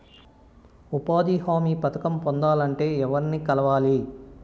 ఉపాధి హామీ పథకం పొందాలంటే ఎవర్ని కలవాలి?